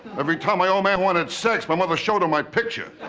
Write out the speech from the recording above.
every time my old man wanted sex, my mother showed him my picture.